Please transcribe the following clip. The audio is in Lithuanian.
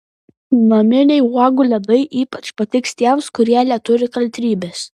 naminiai uogų ledai ypač patiks tiems kurie neturi kantrybės